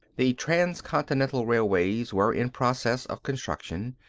the transcontinental railways were in process of construction,